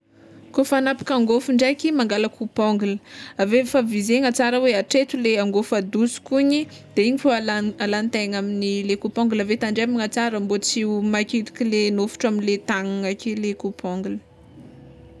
Kôfa hanapaka angôfo ndraiky mangala coupe ongle aveo efa visena tsara hoe atreto le angôfo adosoko igny de igny fô alagna alantegna amin'ny le coupe ongle aveo tandremana tsara mbô tsy ho makitiky le nofotro amle tagnagna ake le coupe ongle.